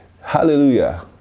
Hallelujah